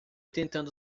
tentando